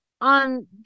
on